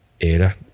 era